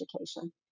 education